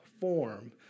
form